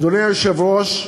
אדוני היושב-ראש,